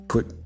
Put